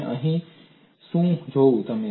અને તમે અહીં શું જુઓ છો